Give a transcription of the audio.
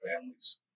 families